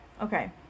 Okay